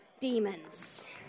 demons